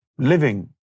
Living